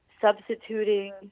substituting